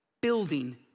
building